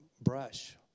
brush